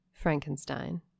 Frankenstein